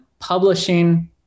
publishing